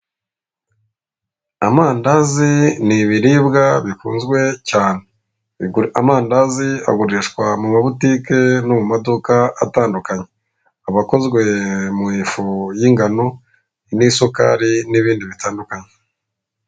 Amandazi ni ibiribwa bikunzwe cyane, amandazi agurishwa mu ma butike no mu maduka atandukanye aba akozwe mu ifu y'ingano n'isukari n'ibindi bitandukanye.